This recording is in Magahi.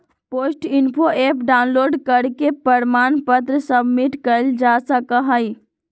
पोस्ट इन्फो ऍप डाउनलोड करके प्रमाण पत्र सबमिट कइल जा सका हई